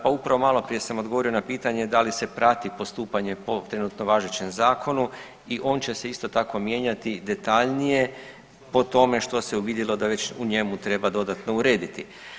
Pa upravo maloprije sam odgovorio na pitanje da li se prati postupanje po trenutno važećem zakonu i on će se isto tako mijenjati detaljnije po tome što se uvidjelo da već u njemu treba dodatno urediti.